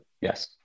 yes